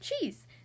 cheese